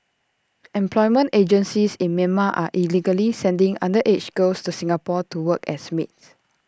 employment agencies in Myanmar are illegally sending underage girls to Singapore to work as maids